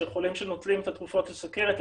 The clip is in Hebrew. שחולים שנוטלים את התרופות לסכרת,